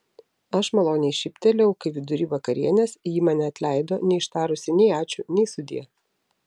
aš maloniai šyptelėjau kai vidury vakarienės ji mane atleido neištarusi nei ačiū nei sudie